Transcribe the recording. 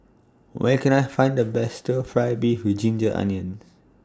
Where Can I Find The Best Stir Fry Beef with Ginger Onions